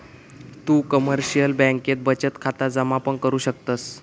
तु कमर्शिअल बँकेत बचत खाता जमा पण करु शकतस